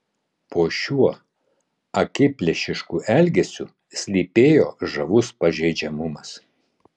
po šiuo akiplėšišku elgesiu slypėjo žavus pažeidžiamumas